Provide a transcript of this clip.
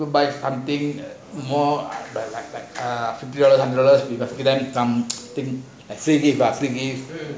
then could buy something in the mall ah three dollar three dollar we consider them free gift lah free gift